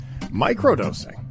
microdosing